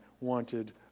wanted